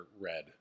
red